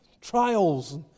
trials